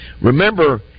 Remember